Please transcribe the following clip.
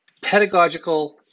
pedagogical